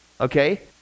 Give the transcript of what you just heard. okay